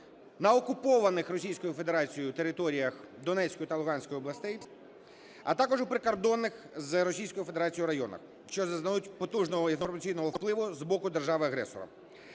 на окупованих Російською Федерацією територіях Донецької та Луганської областей, а також у прикордонних з Російською Федерацією районах, що зазнають потужного інформаційного впливу з боку держави-агресора.